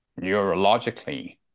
neurologically